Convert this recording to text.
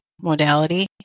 modality